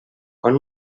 quan